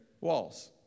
walls